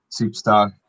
superstar